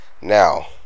now